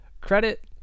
credit